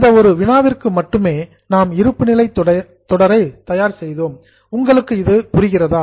இந்த ஒரு வினாவிற்கு மட்டுமே நாம் இருப்புநிலை தொடரை தயார் செய்தோம் உங்களுக்கு இது புரிகிறதா